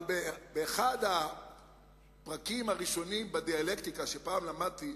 באחד הפרקים הראשונים בדיאלקטיקה שפעם למדתי,